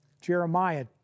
Jeremiah